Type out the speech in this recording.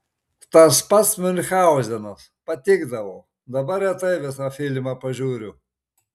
tas pats miunchauzenas patikdavo dabar retai visą filmą pažiūriu